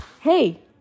Hey